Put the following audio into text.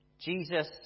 Jesus